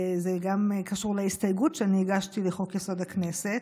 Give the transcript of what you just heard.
זה גם קשור להסתייגות שאני הגשתי לחוק-יסוד: הכנסת.